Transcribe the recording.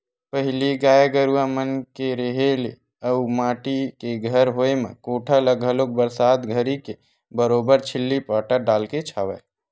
पहिली गाय गरुवा मन के रेहे ले अउ माटी के घर होय म कोठा ल घलोक बरसात घरी के बरोबर छिल्ली फाटा डालके छावय